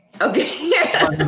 Okay